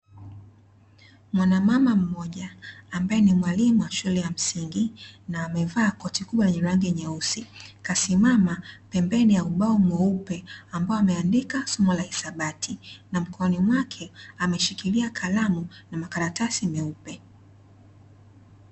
Mwanamama mmoja ambaye ni mwalimu wa shule ya msingi, na amevaa koti kubwa lenye rangi nyeusi kasimama pembeni ya ubao mweupe ambao ameandika somo la hisabati. Na mkononi mwake ameshikilia kalamu na makaratasi meupe.